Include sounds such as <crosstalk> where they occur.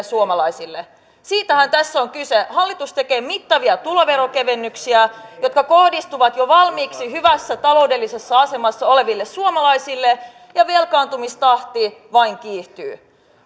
<unintelligible> suomalaisille siitähän tässä on kyse hallitus tekee mittavia tuloverokevennyksiä jotka kohdistuvat jo valmiiksi hyvässä taloudellisessa asemassa oleville suomalaisille ja velkaantumistahti vain kiihtyy